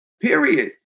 Period